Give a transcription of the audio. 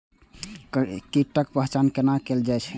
कीटक पहचान कैना कायल जैछ?